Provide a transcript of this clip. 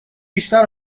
بیشتر